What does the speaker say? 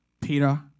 Peter